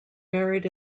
buried